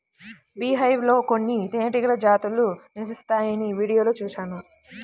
beehive లో కొన్ని తేనెటీగ జాతులు నివసిస్తాయని వీడియోలో చూశాను